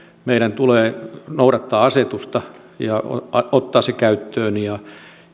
meidän tulee noudattaa asetusta ja ottaa se käyttöön ja